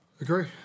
agree